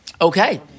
okay